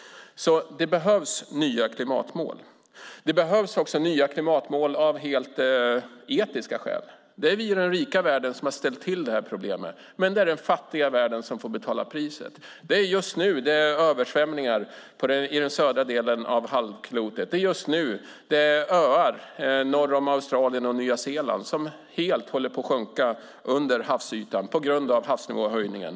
Det behövs också nya klimatmål av etiska skäl. Det är vi i den rika världen som har ställt till det här problemet, men det är den fattiga världen som får betala priset. Det är just nu det är översvämningar i den södra delen av halvklotet. Det är just nu som öar norr om Australien och Nya Zeeland håller på att sjunka under havsytan på grund av havsnivåhöjningen.